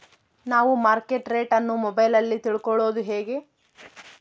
ನಾವು market rate ಅನ್ನು ಮೊಬೈಲಲ್ಲಿ ತಿಳ್ಕಳೋದು ಹೇಗೆ?